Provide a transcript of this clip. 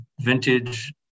Vintage